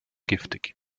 giftig